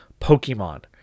Pokemon